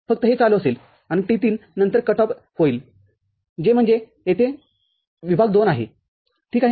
फक्त हे चालू असेल आणि T ३ नंतर कट ऑफ होईल जे म्हणजे येथे विभाग दोन आहे ठीक आहे